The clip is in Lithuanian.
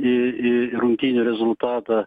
į į rungtynių rezultatą